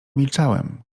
milczałem